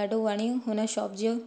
ॾाढो वणियो हुन शॉप जे इहो